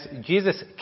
Jesus